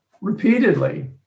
repeatedly